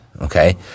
Okay